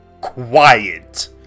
quiet